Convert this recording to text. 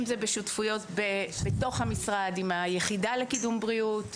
אם זה בשותפויות בתוך המשרד עם היחידה לקידום בריאות,